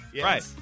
Right